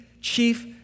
chief